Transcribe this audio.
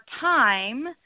time